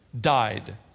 died